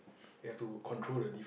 you have to control the leave